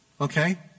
Okay